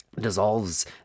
dissolves